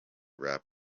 rap